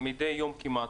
מדי כמעט,